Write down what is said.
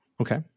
Okay